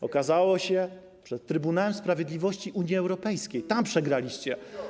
To okazało się przed Trybunałem Sprawiedliwości Unii Europejskiej - tam przegraliście.